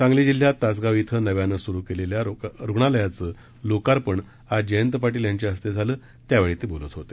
सांगली जिल्ह्यात तासगाव येथे नव्याने सुरू करण्यात आलेल्या रुग्णालयाचे लोकार्पण आज जयंत पाटील यांच्या हस्ते करण्यात आलं त्यावेळी ते बोलत होते